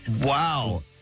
Wow